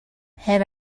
had